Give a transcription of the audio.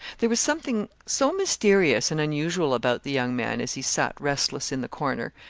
there was something so mysterious and unusual about the young man as he sat restless in the corner,